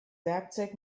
werkzeug